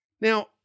Now